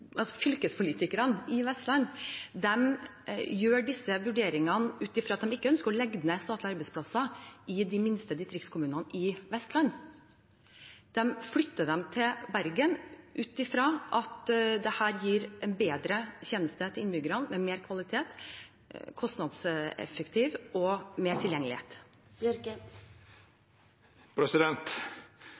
fylkespolitikerne der gjør disse vurderingene ikke ut fra at de ønsker å legge ned statlige arbeidsplasser i de minste distriktskommunene i Vestland, men de flytter dem til Bergen fordi det gir en bedre tjeneste til innbyggerne, med mer kvalitet, mer kostnadseffektivt og med mer tilgjengelighet.